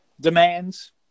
demands